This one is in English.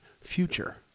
future